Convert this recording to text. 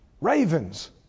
Ravens